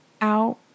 out